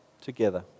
together